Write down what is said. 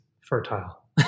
fertile